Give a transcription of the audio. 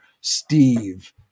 Steve